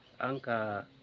Anka